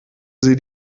sie